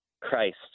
Christ